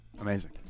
Amazing